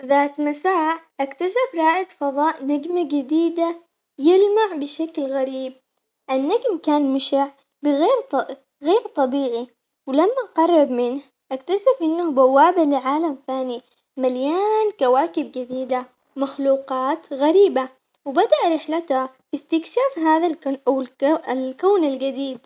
ذات مساء اكتشف رائد فضاء نجمة جديدة يلمع بشكل غريب، النجم كان مشع بغير ط- غير طبيعي ولما قرب منه اكتشف إنه بوابة لعالم ثاني مليان كواكب جديدة، ومخلوقات غريبة وبدأ رحلته في استكشاف هذا الكن- الكون الجديد.